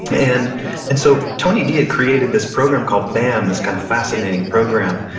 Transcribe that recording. and and so tony d had created this program called bam, this kind of fascinating program.